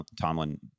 Tomlin